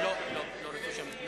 לא, לא רוצה שמית.